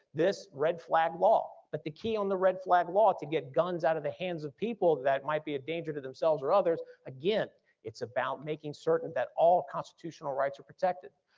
this red flag law. but the key on the red flag law to get guns out of the hands of people that might be a danger to themselves or others again it's about making certain that all constitutional rights are protected.